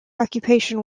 occupation